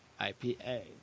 IPA